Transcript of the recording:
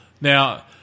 Now